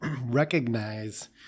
recognize